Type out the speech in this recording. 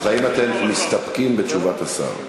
אז האם אתם מסתפקים בתשובת השר?